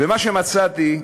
מה שמצאתי,